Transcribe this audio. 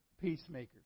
peacemaker